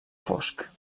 fosc